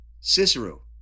Cicero